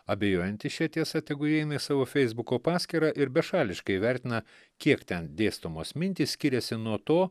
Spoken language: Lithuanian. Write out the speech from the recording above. abejojantys šia tiesa tegu įeina savo feisbuko paskyrą ir bešališkai vertina kiek ten dėstomos mintys skiriasi nuo to